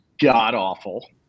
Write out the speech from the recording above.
god-awful